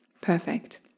Perfect